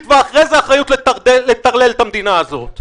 ואחרי זה אחריות לטרלל את המדינה הזאת.